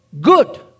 Good